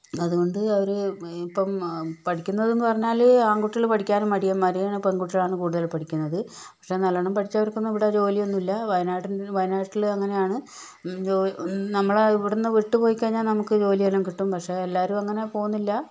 അതുകൊണ്ട് അവര് ഇപ്പം പഠിക്കുന്നത് എന്ന് പറഞ്ഞാല് ആൺകുട്ടികൾ പഠിക്കാനും മടിയന്മാരാണ് പെൺകുട്ടികളാണ് കൂടുതലും പഠിക്കുന്നത് പക്ഷെ നല്ലോണം പഠിച്ചവർക്കൊന്നും ഇവിടെ ജോലിയൊന്നും ഇല്ല വായനാട്ടി വയനാട്ടില് അങ്ങനെയാണ് നമ്മളെ ഇവിടെ നിന്ന് വിട്ട് പോയി കഴിഞ്ഞാൽ നമ്മൾക്ക് ജോലിയെല്ലാം കിട്ടും പക്ഷെ എല്ലാവരും അങ്ങനെ പോകുന്നില്ല